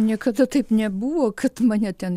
niekada taip nebuvo kad mane ten